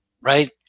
Right